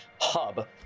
hub